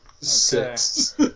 Six